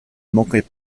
manquait